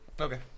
Okay